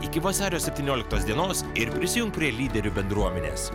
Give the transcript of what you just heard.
iki vasario septynioliktos dienos ir prisijunk prie lyderių bendruomenės